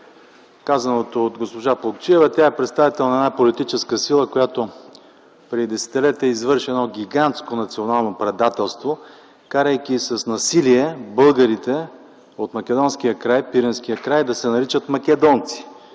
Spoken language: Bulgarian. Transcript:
казаното от госпожа Плугчиева – тя е представител на една политическа сила, която преди десетилетия е извършила гигантско национално предателство, карайки с насилие българите от Македонския край, Пиринския край да се наричат македонци.